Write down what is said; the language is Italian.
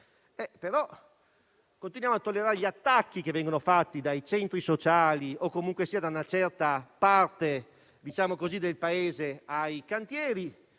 ma continuiamo a tollerare gli attacchi che vengono fatti dai centri sociali o da una certa parte del Paese ai cantieri